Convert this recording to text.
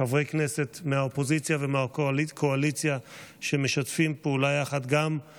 חברי כנסת מהאופוזיציה ומהקואליציה גם משתפים